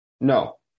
No